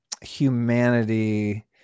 humanity